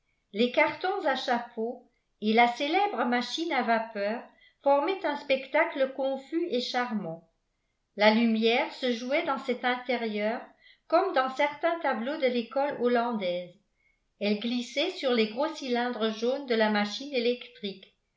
les cartons à chapeau et la célèbre machine à vapeur formaient un spectacle confus et charmant la lumière se jouait dans cet intérieur comme dans certains tableaux de l'école hollandaise elle glissait sur les gros cylindres jaunes de la machine électrique